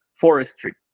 forestry